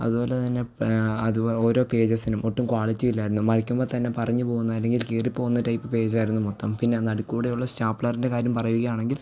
അതുപോലെ തന്നെ അത് ഓരോ പേജസിനും ഒട്ടും ക്വാളിറ്റി ഇല്ലായിരുന്നു വരയ്ക്കുമ്പോൾ തന്നെ പറിഞ്ഞു പോവുന്ന അല്ലെങ്കിൽ കീറിപ്പോവുന്ന ടൈപ്പ് പേജ് ആയിരുന്നു മൊത്തം പിന്നെ നടുക്കുകൂടെയുള്ള സ്റ്റേപ്ലറിൻ്റെ കാര്യം പറയുകയാണെങ്കിൽ